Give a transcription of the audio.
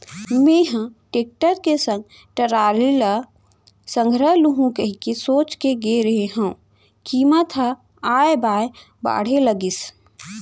मेंहा टेक्टर के संग टराली ल संघरा लुहूं कहिके सोच के गे रेहे हंव कीमत ह ऑय बॉय बाढ़े लगिस